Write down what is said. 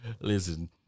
Listen